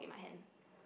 my hand